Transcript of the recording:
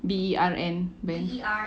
B E R N bern